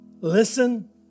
listen